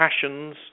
passions